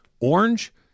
Orange